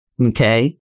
Okay